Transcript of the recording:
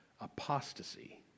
apostasy